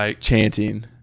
Chanting